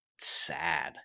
sad